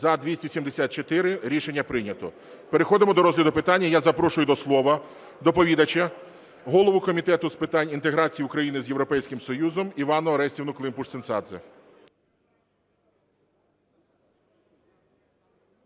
За-274 Рішення прийнято. Переходимо до розгляду питання. Я запрошую до слова доповідача, голову Комітету з питань інтеграції України з Європейським Союзом Іванну Орестівну Климпуш-Цинцадзе.